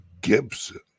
Gibson